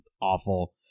awful